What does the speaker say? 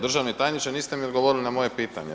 Državni tajniče niste mi odgovorili na moje pitanje.